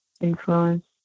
influence